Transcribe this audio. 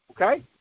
okay